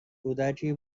کودکی